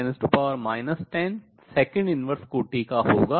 10 8 से 10 10 second inverse कोटि का होगा